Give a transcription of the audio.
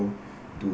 to